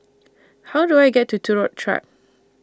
How Do I get to Turut Track